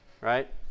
right